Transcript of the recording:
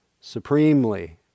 supremely